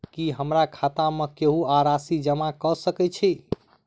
की हमरा खाता मे केहू आ राशि जमा कऽ सकय छई?